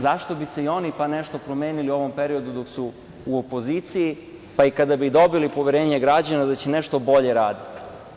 Zašto bi se i oni nešto promenili u ovom periodu dok su u opoziciji, pa i kada bi dobili poverenje građana da će nešto bolje raditi?